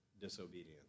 disobedience